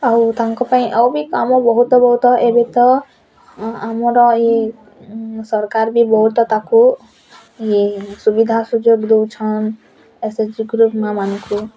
ଆଉ ତାଙ୍କ ପାଇଁ ଆଉ ବି କାମ ବହୁତ ବହୁତ ଏବେତ ଆମର ଏଇ ସରକାର ବି ବହୁତ ତାକୁ ଇଏ ସୁବିଧା ସୁଯୋଗ ଦଉଛନ ଏସ ଏଚ ଜି ଗ୍ରୁପ ମାଁମାନଙ୍କୁ